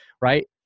right